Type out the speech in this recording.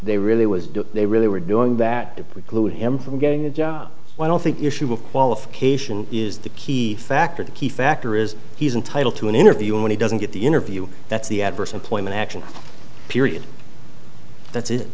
they really was doing they really were doing that to preclude him from getting a job i don't think issue a qualification is the key factor the key factor is he's entitled to an interview when he doesn't get the interview that's the adverse employment action period that's it